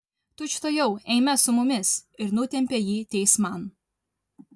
tučtuojau eime su mumis ir nutempė jį teisman